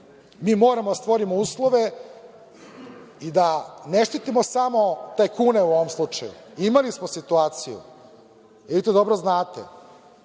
moramo da stvorim uslove i da ne štitimo samo tajkune u ovom slučaju. Imali smo situaciju i vi to dobro znate